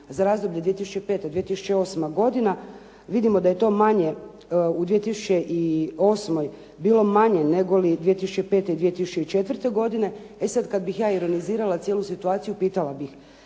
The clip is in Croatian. za razdoblje 2005./2008. godina, vidimo da je to manje u 2008. bilo manje nego li 2005. i 2004. godine. E sad, kad bih ja ironizirala cijelu situaciju pitala bih